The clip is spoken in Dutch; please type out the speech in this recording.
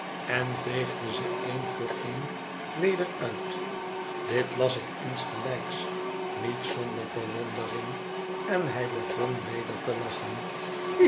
en veegde ze een voor een weder uit dit las ik insgelijks niet zonder verwondering en hij begon weder te lachen